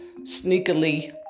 sneakily